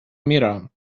میرم